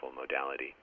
modality